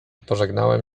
pożegnałem